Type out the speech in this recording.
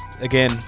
again